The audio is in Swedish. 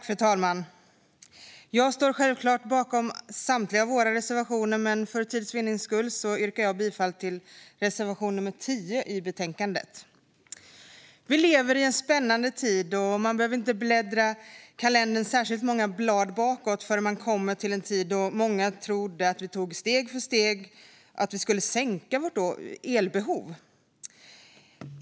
Fru talman! Jag står självklart bakom samtliga våra reservationer, men för tids vinning yrkar jag bifall endast till reservation nummer 10 i betänkandet. Vi lever i en spännande tid. Man behöver inte bläddra särskilt många blad bakåt i kalendern förrän man kommer till en tid då många trodde att vi steg för steg skulle kunna sänka vårt elbehov.